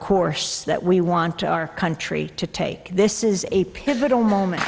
course that we want our country to take this is a pivotal moment